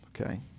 okay